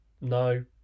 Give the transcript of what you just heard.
No